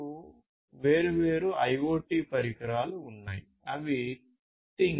మనకు వేర్వేరు IoT పరికరాలు ఉన్నాయి అవి things